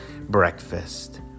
breakfast